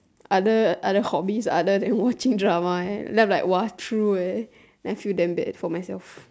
other other hobbies other than watching drama eh I'm like !wah! true eh then I feel damn bad for myself